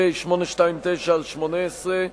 פ/829/18,